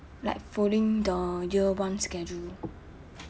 like following the year one schedule